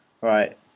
Right